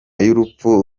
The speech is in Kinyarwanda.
y’urupfu